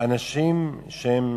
אנשים שהם